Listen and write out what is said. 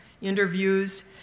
interviews